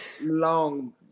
long